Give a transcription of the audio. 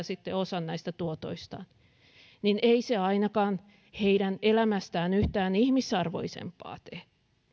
sitten osalla näistä tuotoistaan ei se ainakaan heidän elämästään yhtään ihmisarvoisempaa tee